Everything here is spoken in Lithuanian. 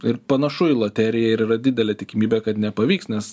ir panašu į loteriją ir yra didelė tikimybė kad nepavyks nes